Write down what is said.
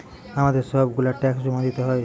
আমাদের সব গুলা ট্যাক্স জমা দিতে হয়